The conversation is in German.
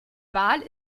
wal